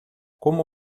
como